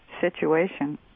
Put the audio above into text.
situation